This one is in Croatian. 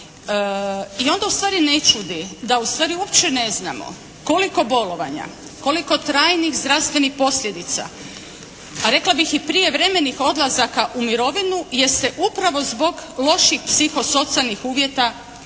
I onda ustvari ne čudi da ustvari uopće ne znamo koliko bolovanja, koliko trajnih zdravstvenih posljedica a rekla bih i prijevremenih odlazaka u mirovinu, jeste upravo zbog loših psihosocijalnih uvjeta